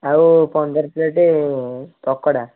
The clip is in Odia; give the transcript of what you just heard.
ଆଉ ପନ୍ଦର ପ୍ଲେଟ୍ ପକୋଡ଼ା